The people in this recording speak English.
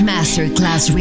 Masterclass